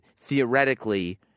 theoretically